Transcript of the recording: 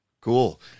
Cool